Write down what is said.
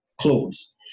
clothes